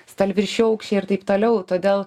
stalviršių aukščiai ir taip toliau todėl